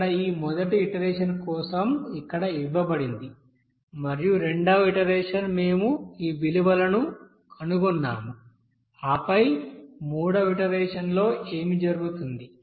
ఇక్కడ ఈ మొదటి ఇటరేషన్ కోసం ఇక్కడ ఇవ్వబడింది మరియు రెండవ ఇటరేషన్ మేము ఈ విలువను కనుగొన్నాము ఆపై మూడవ ఇటరేషన్ లో ఏమి జరుగుతుంది